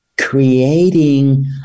creating